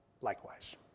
likewise